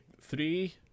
three